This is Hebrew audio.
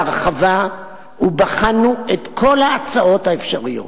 בהרחבה, ובחנו את כל ההצעות האפשריות.